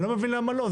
אני לא מבין למה לא.